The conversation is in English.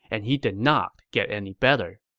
and he did not get any better.